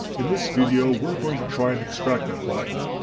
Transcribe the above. in this video we're going to try and extract that platinum.